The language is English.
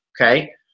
okay